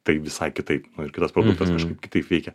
tai visai kitaip nu ir kitas produktas kažkaip kitaip veikia